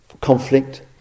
conflict